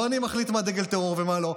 לא אני מחליט מה דגל טרור ומה לא.